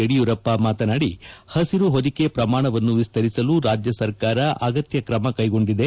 ಯಡಿಯೂರಪ್ಪ ಮಾತನಾಡಿ ಹಸಿರು ಹೊದಿಕೆ ಪ್ರಮಾಣವನ್ನು ವಿಸ್ತರಿಸಲು ರಾಜ್ಯ ಸರ್ಕಾರ ಅಗತ್ಯ ಕ್ರಮ ಕೈಗೊಂಡಿದೆ